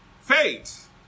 faith